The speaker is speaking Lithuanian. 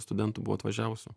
studentų buvo atvažiavusių